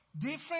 Different